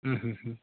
ও হু হু